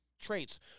traits